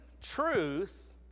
truth